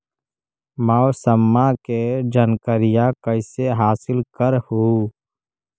मौसमा के जनकरिया कैसे हासिल कर हू?